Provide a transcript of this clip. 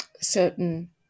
certain